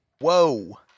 Whoa